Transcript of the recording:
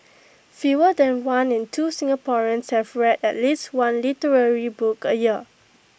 fewer than one in two Singaporeans have read at least one literary book A year